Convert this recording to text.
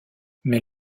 mais